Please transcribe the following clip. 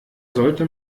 sollte